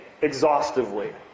exhaustively